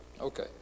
Okay